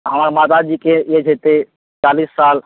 हमर माता जीके एज हेतैक चालिस साल